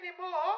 anymore